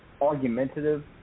argumentative